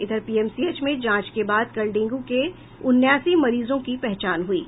इधर पीएमसीएच में जांच के बाद कल डेंगू के उनासी मरीजों पहचान हुई है